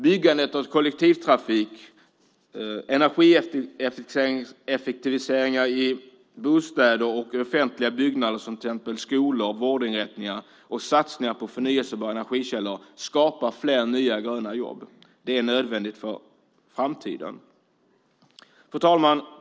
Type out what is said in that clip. Byggandet av kollektivtrafik, energieffektiviseringar i bostäder och offentliga byggnader, som till exempel skolor och vårdinrättningar, och satsningar på förnybara energikällor skapar fler nya gröna jobb. Det är nödvändigt för framtiden. Fru talman!